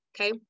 Okay